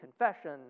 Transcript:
confession